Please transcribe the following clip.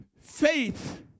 Faith